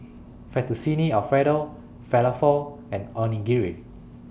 Fettuccine Alfredo Falafel and Onigiri